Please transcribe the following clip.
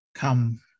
Come